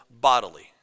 bodily